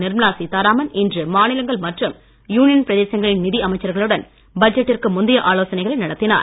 நிர்மலா சீதாராமன் இன்று மாநிலங்கள் மற்றும் யுனியன் பிரதேசங்களின் நிதி அமைச்சர்களுடன் பட்ஜெட்டிற்கு முந்தைய ஆலோசனை நடத்தினார்